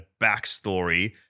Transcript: backstory